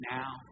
now